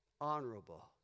honorable